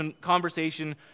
conversation